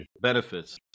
benefits